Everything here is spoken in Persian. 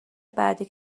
بعدی